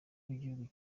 w’igihugu